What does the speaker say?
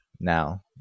now